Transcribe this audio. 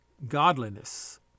godliness